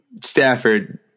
Stafford